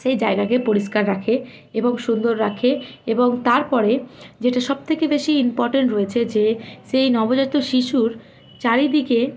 সেই জায়গাকে পরিষ্কার রাখে এবং সুন্দর রাখে এবং তারপরে যেটা সবথেকে বেশি ইম্পর্ট্যান্ট রয়েছে যে সেই নবজাত শিশুর চারিদিকে